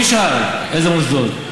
מי שאל איזה מוסדות?